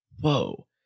Whoa